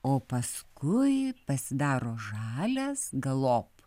o paskui pasidaro žalias galop